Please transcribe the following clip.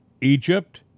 Egypt